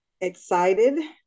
excited